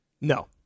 No